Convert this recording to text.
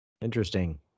Interesting